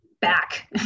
back